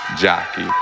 jockey